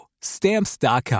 Stamps.com